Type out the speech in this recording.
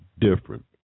different